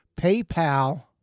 PayPal